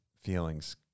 feelings